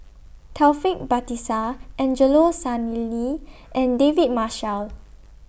Taufik Batisah Angelo Sanelli and David Marshall